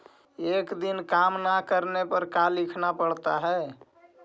एक दिन काम न करने पर का लिखना पड़ता है?